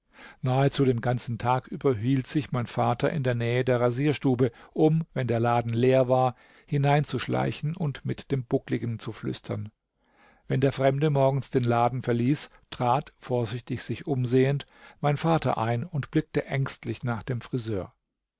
nahezu den ganzen tag über hielt sich mein vater in der nähe der rasierstube um wenn der laden leer war hineinzuschleichen und mit dem buckligen zu flüstern wenn der fremde morgens den laden verließ trat vorsichtig sich umsehend mein vater ein und blickte ängstlich nach dem friseur